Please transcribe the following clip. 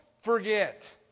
forget